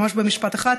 ממש במשפט אחד,